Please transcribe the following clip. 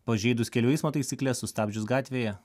pažeidus kelių eismo taisykles sustabdžius gatvėje